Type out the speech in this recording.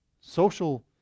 social